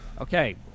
Okay